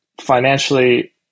financially